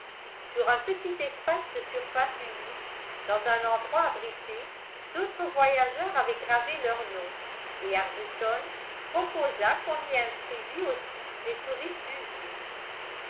sur un petit espace de surface unie dans un endroit abrité d'autres voyageurs avaient gravé leurs noms et arbuton proposa qu'on y inscrivit aussi les touristes du jour